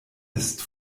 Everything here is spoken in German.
ist